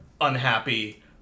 unhappy